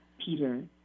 Peter